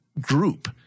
group